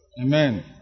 Amen